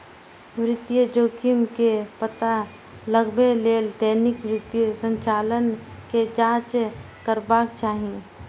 वित्तीय जोखिम के पता लगबै लेल दैनिक वित्तीय संचालन के जांच करबाक चाही